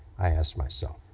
i asked myself.